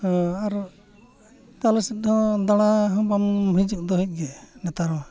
ᱦᱮᱸ ᱟᱨ ᱟᱞᱮ ᱥᱮᱫ ᱫᱚ ᱫᱟᱬᱟᱱ ᱦᱚᱸ ᱵᱟᱢ ᱦᱤᱡᱩᱜ ᱫᱚ ᱦᱮᱡᱜᱮ ᱱᱮᱛᱟᱨᱢᱟ